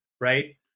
right